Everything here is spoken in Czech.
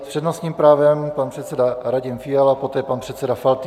S přednostním právem pan předseda Radim Fiala, poté pan předseda Faltýnek.